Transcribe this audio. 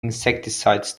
insecticides